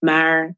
Maar